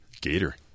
Gator